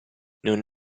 non